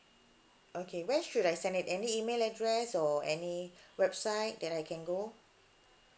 okay where should I send it any email address or any website that I can go